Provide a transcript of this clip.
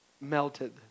Melted